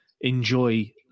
enjoy